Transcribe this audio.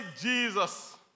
Jesus